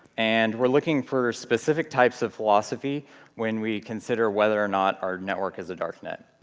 and we're looking for specific types of philosophy when we consider whether or not our network is a darknet.